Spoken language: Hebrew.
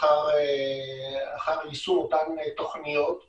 אחר יישום אותן תוכניות בשב"ס.